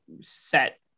set